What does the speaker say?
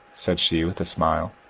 said she, with a smile.